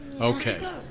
Okay